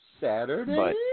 Saturday